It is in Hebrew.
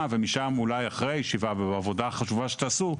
ומשם אולי אחרי הישיבה ובעבודה החשובה שתעשו,